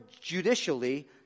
judicially